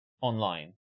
online